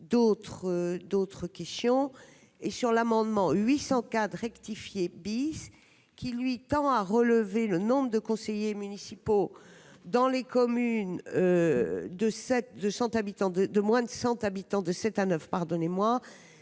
d'autres questions et sur l'amendement 800 cas de rectifier bis qui lui tend à relever le nombre de conseillers municipaux dans les communes de cette de 100 habitants de de moins